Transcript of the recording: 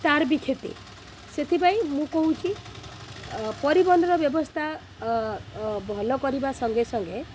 ତା'ର ବି କ୍ଷତି ସେଥିପାଇଁ ମୁଁ କହୁଛି ପରିବହନର ବ୍ୟବସ୍ଥା ଭଲ କରିବା ସଙ୍ଗେସଙ୍ଗେ